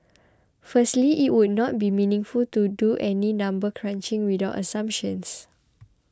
firstly it would not be meaningful to do any number crunching without assumptions